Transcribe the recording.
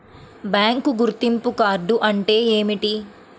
Bank గుర్తింపు card అంటే ఏమిటి?